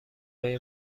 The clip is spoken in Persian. لای